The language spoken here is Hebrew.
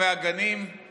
אין בעיה, ובלבד שלא